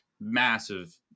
Massive